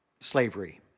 slavery